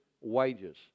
wages